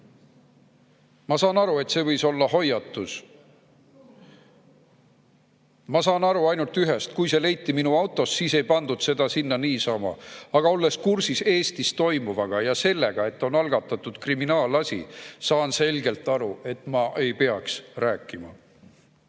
Ma saan aru, et see võis olla hoiatus. [---] Ma saan aru ainult ühest: kui see leiti minu autost, siis ei pandud seda sinna lihtsalt niisama. Aga olles kursis Eestis toimuvaga ja sellega, et on algatatud kriminaalasi, saan selgelt aru, et ma ei peaks rääkima."